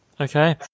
Okay